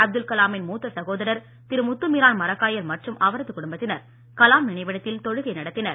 அப்துல் கலாமின் மூத்த சகோதரர் திரு முத்துமீரான் மரைக்காயர் மற்றும் அவரது குடும்பத்தினர் கலாம் நினைவிடத்தில் தொழுகை நடத்தினர்